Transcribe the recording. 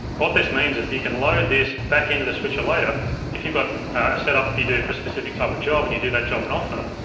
what this means is you can load this back into the switcher later if you've got a setup you do for a specific type of job and you do that job and often,